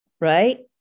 right